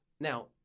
Now